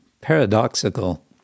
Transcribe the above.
paradoxical